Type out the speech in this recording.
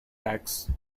tax